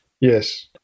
Yes